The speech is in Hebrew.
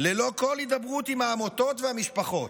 ללא כל הידברות עם העמותות והמשפחות.